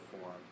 form